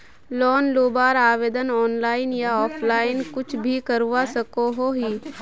Loan लुबार आवेदन online या ऑफलाइन कुछ भी करवा सकोहो ही?